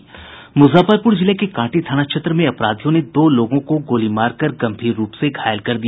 मुजफ्फरपुर जिले के कांटी थाना क्षेत्र में अपराधियों ने दो लोगों को गोली मारकर गंभीर रूप से घायल कर दिया